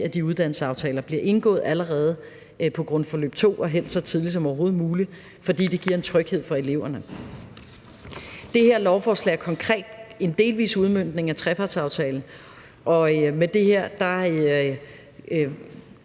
at de uddannelsesaftaler bliver indgået allerede på grundforløb 2 og helst så tidligt som overhovedet muligt, fordi det giver en tryghed for eleverne. Det her lovforslag er konkret en delvis udmøntning af trepartsaftalen. Med det initiativ,